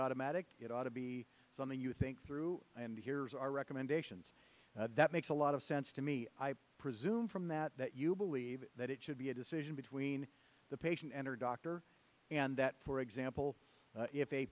automatic it ought to be something you think through and here's our recommendations that makes a lot of sense to me tune from that that you believe that it should be a decision between the patient and her doctor and that for example if a